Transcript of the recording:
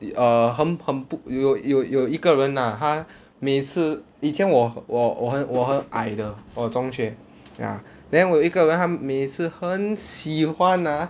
err 很很不有有有一个人 lah 他每次以前我我我很我很矮的我中学 ya then 我有一个人他每次很喜欢 ah